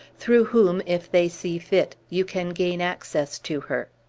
through whom, if they see fit, you can gain access to her.